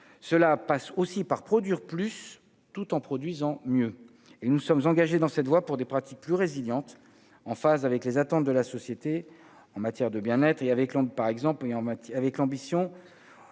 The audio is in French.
cela passe aussi par produire plus, tout en produisant mieux et nous sommes engagés dans cette voie pour des pratiques plus résilientes en phase avec les attentes de la société en matière de bien-être et avec Londres,